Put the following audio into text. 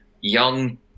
Young